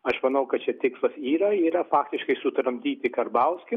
aš manau kad čia tikslas yra yra faktiškai sutramdyti karbauskį